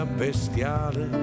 bestiale